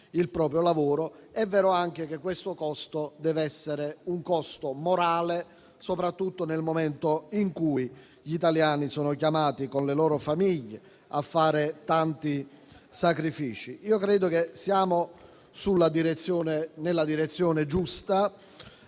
il proprio lavoro, ma è anche vero che tale costo dev'essere morale, soprattutto nel momento in cui gli italiani sono chiamati con le loro famiglie a fare tanti sacrifici. Credo che siamo nella direzione giusta,